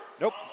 Nope